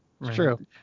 True